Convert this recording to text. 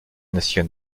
parc